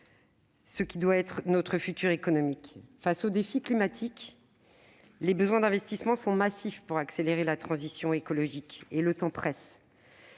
plus holistique notre avenir économique. Face au défi climatique, les besoins d'investissement sont massifs pour accélérer la transition écologique, et le temps presse.